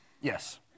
Yes